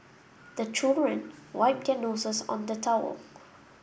the children wipe their noses on the towel